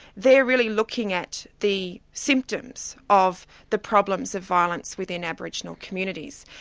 they're really looking at the symptoms of the problems of violence within aboriginal communities.